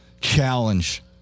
challenge